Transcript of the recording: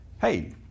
Hey